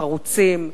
חרוצים,